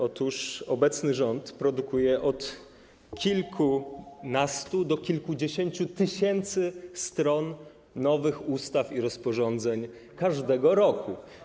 Otóż obecny rząd produkuje od kilkunastu do kilkudziesięciu tysięcy stron nowych ustaw i rozporządzeń każdego roku.